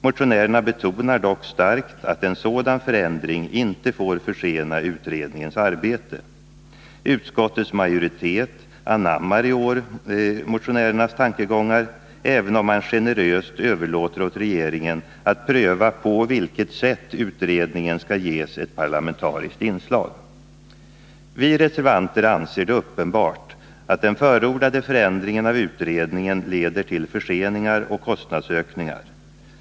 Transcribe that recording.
Motionärerna betonar också starkt att en sådan förändring inte får försena utredningens arbete. Utskottets majoritet anammar i år motionärernas tankegångar, även om man generöst överlåter åt regeringen att pröva på vilket sätt utredningen skall ges ett parlamentariskt inslag. Vi reservanter anser det uppenbart att den förordade förändringen av utredningen leder till förseningar och kostnadsökningar.